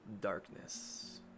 darkness